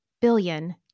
billion